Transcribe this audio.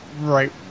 right